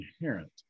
inherent